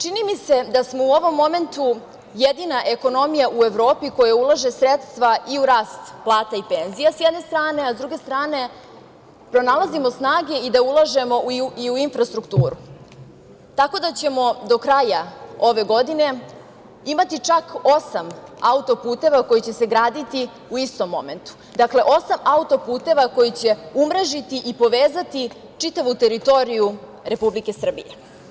Čini mi se da smo u ovom momentu jedina ekonomija u Evropi koja ulaže sredstva i u rast plata i penzija, s jedne strane, a s druge strane, pronalazimo snage i da ulažemo i u infrastrukturu, tako da ćemo do kraja ove godine imati čak osam autoputeva koji će se graditi u istom momentu, dakle, osam autoputeva koji će umrežiti i povezati čitavu teritoriju Republike Srbije.